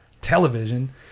television